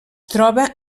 troba